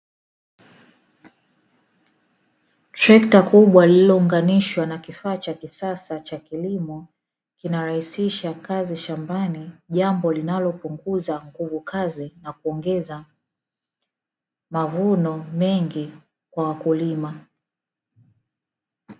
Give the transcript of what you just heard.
Trekta kubwa lililouganishwa na kifaa cha kisasa cha kilimo, kinarahisisha kazi shambani, jambo linalopunguza nguvu kazi na kuongeza mavuno mengi kwa wakulima.